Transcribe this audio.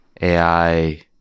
AI